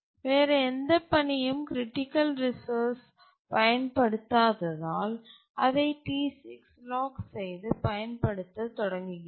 வேறு எந்த பணியும் க்ரிட்டிக்கல் ரிசோர்ஸ் பயன்படுத்தாததால் அதை T6 லாக் செய்து பயன்படுத்த தொடங்குகிறது